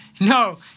No